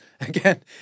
again